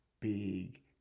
big